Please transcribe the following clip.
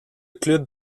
club